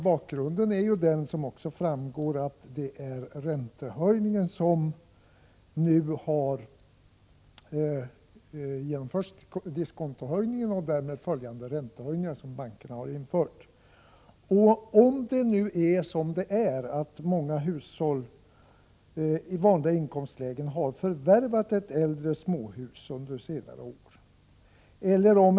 Bakgrunden är, vilket också framgår av frågan, diskontohöjningen och den därav följande räntehöjningen från bankernas sida. Många hushåll i vanliga inkomstlägen har förvärvat äldre småhus under senare år.